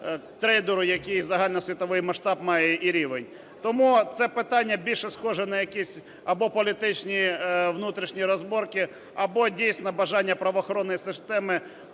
трейдеру, який загальносвітовий масштаб має і рівень. Тому це питання більше схоже на якісь або політичні внутрішні розборки, або дійсно бажання правоохоронної системи,